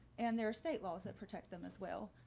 and there are state laws that protect them as well.